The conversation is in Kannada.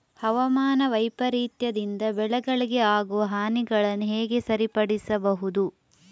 ಹವಾಮಾನ ವೈಪರೀತ್ಯದಿಂದ ಬೆಳೆಗಳಿಗೆ ಆಗುವ ಹಾನಿಗಳನ್ನು ಹೇಗೆ ಸರಿಪಡಿಸಬಹುದು?